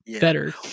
better